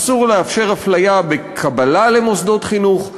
אסור לאפשר הפליה בקבלה למוסדות חינוך,